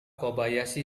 kobayashi